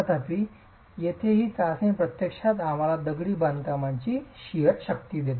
तथापि येथे ही चाचणी प्रत्यक्षात आम्हाला दगडी बांधकामाची शिअर शक्ती देते